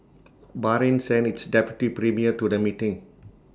Bahrain sent its deputy premier to the meeting